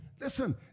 Listen